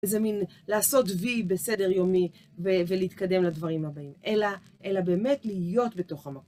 איזה מין לעשות וי בסדר יומי, ולהתקדם לדברים הבאים. אלא אלא באמת להיות בתוך המקום.